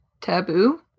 taboo